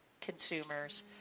consumers